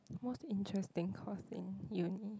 most interesting course in uni